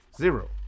Zero